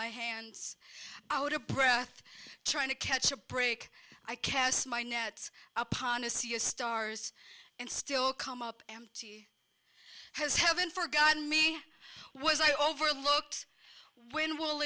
my hands out of breath trying to catch a break i cast my net upon a sea of stars and still come up empty has heaven forgotten me was i over looked when will